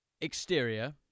Exterior